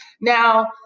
Now